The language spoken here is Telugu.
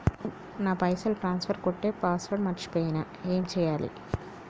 నా పైసల్ ట్రాన్స్ఫర్ కొట్టే పాస్వర్డ్ మర్చిపోయిన ఏం చేయాలి?